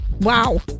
Wow